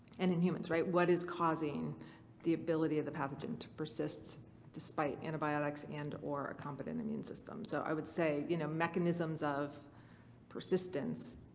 and in humans, right. what is causing the ability of the pathogen to persist despite antibiotics and or a competent immune system? so i would say, you know, mechanisms of persistence